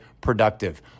productive